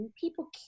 people